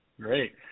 Great